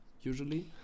usually